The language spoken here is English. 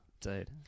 dude